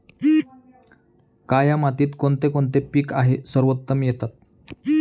काया मातीत कोणते कोणते पीक आहे सर्वोत्तम येतात?